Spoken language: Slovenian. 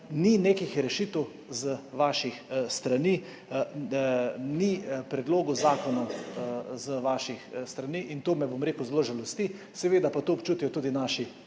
Ni nekih rešitev z vaših strani, ni predlogov zakonov z vaših strani in to me zelo žalosti, seveda pa to občutijo tudi naši